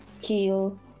heal